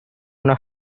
una